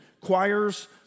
choirs